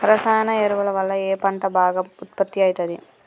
రసాయన ఎరువుల వల్ల ఏ పంట బాగా ఉత్పత్తి అయితది?